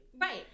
Right